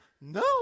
no